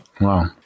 Wow